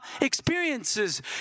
experiences